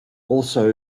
also